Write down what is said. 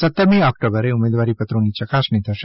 સત્તરમી ઓકટોમ્બર ઉમેદવારીપત્રોની ચકાસણી થશે